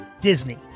Disney